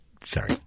Sorry